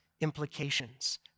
implications